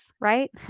right